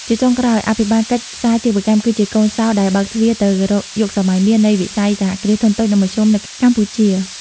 ជាចុងក្រោយ អភិបាលកិច្ចសាជីវកម្មគឺជាកូនសោរដែលបើកទ្វារទៅរក "យុគសម័យមាស" នៃវិស័យ សហគ្រាសធុនតូច និងមធ្យម នៅកម្ពុជា។